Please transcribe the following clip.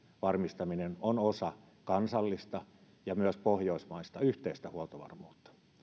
varmistaminen on osa kansallista ja myös pohjoismaista yhteistä huoltovarmuutta